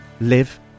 live